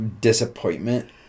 disappointment